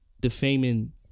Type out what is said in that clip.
Defaming